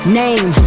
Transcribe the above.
name